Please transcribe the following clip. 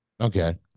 Okay